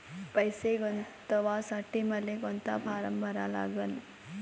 पैसे गुंतवासाठी मले कोंता फारम भरा लागन?